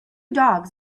dogs